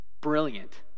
Brilliant